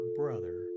brother